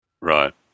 Right